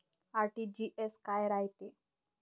RTGS काय रायते?